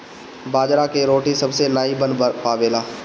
बाजरा के रोटी सबसे नाई बन पावेला